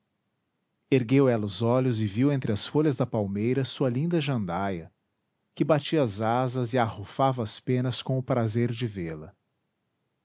ergueu ela os olhos e viu entre as folhas da palmeira sua linda jandaia que batia as asas e arrufava as penas com o prazer de vê-la